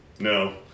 No